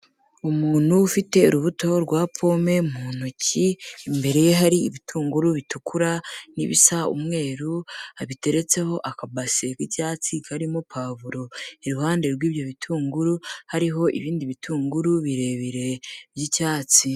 Umuntu ufite urubuto rwa pome mu ntoki, imbere ye hari ibitunguru bitukura n'ibisa umweru, biteretseho akabase k'icyatsi karimo pavuro, iruhande rw'ibyo bitunguru, hariho ibindi bitunguru birebire by'icyatsi.